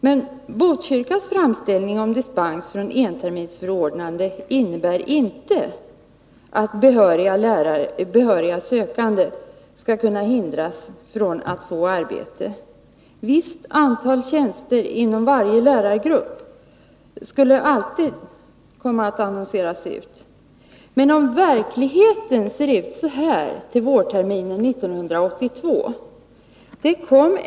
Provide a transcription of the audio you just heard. Men Botkyrkas framställning om dispens från enterminsförordnande innebär inte att behöriga sökande skall kunna hindras från att få arbete. Ett visst antal tjänster inom varje lärargrupp skulle alltid komma att annonseras ut. Men verkligheten ser ut så här när det gäller vårterminen 1982.